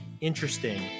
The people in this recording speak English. interesting